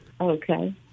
Okay